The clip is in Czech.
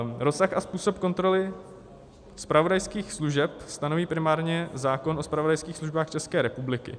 Rozsah a způsob kontroly zpravodajských služeb stanoví primárně zákon o zpravodajských službách České republiky.